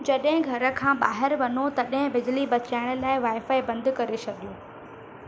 जॾहिं घर खां ॿाहिरि वञो तॾहिं बिजली बचाइण लाइ वाईफाई बंदि करे छॾियो